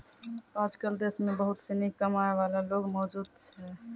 आजकल देश म बहुत सिनी कम आय वाला लोग मौजूद छै